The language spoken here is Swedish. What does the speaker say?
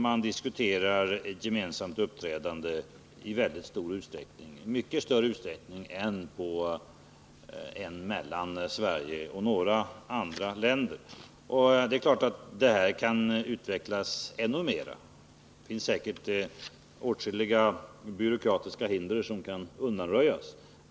Man diskuterar gemensamt uppträdande i mycket stor utsträckning, mycket större utsträckning än mellan Sverige och några andra länder. Det är klart att detta kan utvecklas ännu mer. Det finns säkert åtskilliga byråkratiska hinder som kan undanröjas.